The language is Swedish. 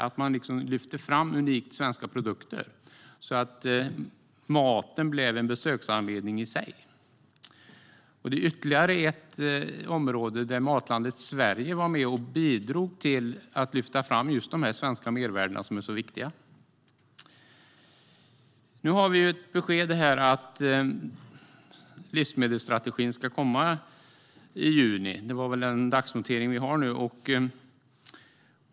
Det handlar om att man lyfter fram unikt svenska produkter. Maten blir en besöksanledning i sig. Det är ytterligare ett område där Matlandet Sverige var med och bidrog till att lyfta fram just de svenska mervärdena, som är så viktiga. Nu har vi ett besked om att livsmedelsstrategin ska komma i juni. Det är en dagsnotering vi har.